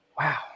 Wow